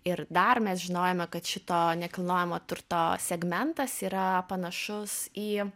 ir dar mes žinojome kad šito nekilnojamo turto segmentas yra panašus į